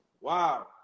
Wow